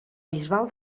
bisbal